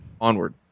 onward